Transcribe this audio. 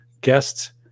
guests